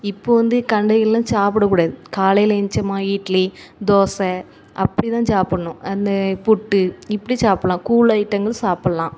இப்போது வந்து கண்டதையெல்லாம் சாப்பிடக்கூடாது காலையில் ஏந்திரிச்சோமா இட்லி தோசை அப்படிதான் சாப்பிட்ணும் அந்த புட்டு இப்படி சாப்பிட்லாம் கூல் ஐட்டங்கள் சாப்பிட்லாம்